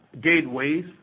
gateways